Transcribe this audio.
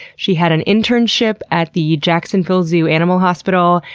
she had an internship at the jacksonville zoo animal hospital,